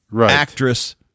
actress